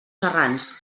serrans